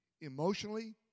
emotionally